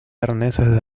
arneses